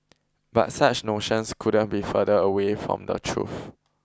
but such notions couldn't be further away from the truth